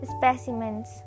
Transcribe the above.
specimens